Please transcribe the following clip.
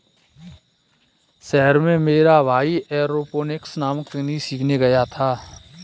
शहर में मेरा भाई एरोपोनिक्स नामक तकनीक सीखने गया है